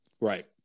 Right